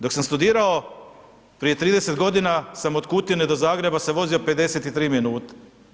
Dok sam studirao prije 30 godina, sam od Kutine do Zagreba se vozio 53 minute.